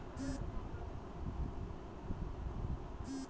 अच्छा नासलेर पौधा बिजेर प्रशंस्करण से तैयार होचे